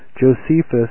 Josephus